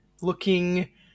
looking